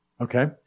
Okay